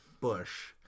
bush